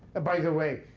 ah by the way,